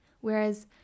Whereas